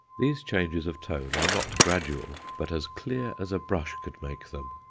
these changes of tone are not gradual, but as clear as a brush could make them.